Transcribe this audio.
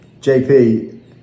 JP